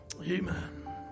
Amen